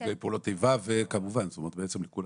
נפגעי פעולות איבה ובעצם לכולם.